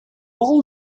all